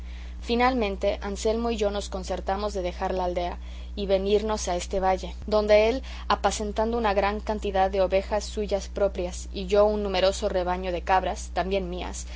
finalmente anselmo y yo nos concertamos de dejar el aldea y venirnos a este valle donde él apacentando una gran cantidad de ovejas suyas proprias y yo un numeroso rebaño de cabras también mías